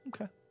Okay